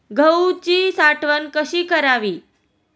गहूची साठवण कशी करावी?